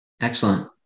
Excellent